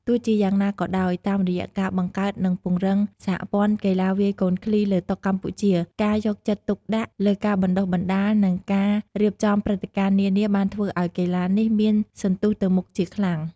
ទោះជាយ៉ាងណាក៏ដោយ តាមរយៈការបង្កើតនិងពង្រឹងសហព័ន្ធកីឡាវាយកូនឃ្លីលើតុកម្ពុជា ការយកចិត្តទុកដាក់លើការបណ្ដុះបណ្ដាល និងការរៀបចំព្រឹត្តិការណ៍នានាបានធ្វើឱ្យកីឡានេះមានសន្ទុះទៅមុខជាខ្លាំង។